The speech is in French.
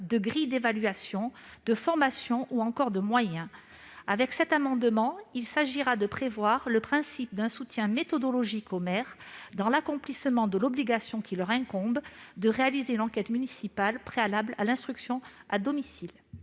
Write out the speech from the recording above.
de grilles d'évaluation, de formations ou encore de moyens. Cet amendement tend donc à prévoir le principe d'un soutien méthodologique aux maires dans l'accomplissement de l'obligation qui leur incombe de réaliser l'enquête municipale préalable à l'instruction à domicile.